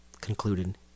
concluded